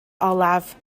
olaf